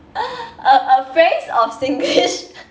a a phrase of singlish